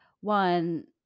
one